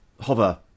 hover